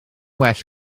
well